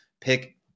pick